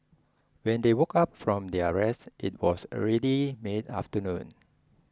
when they woke up from their rest it was already mid afternoon